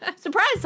Surprise